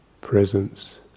presence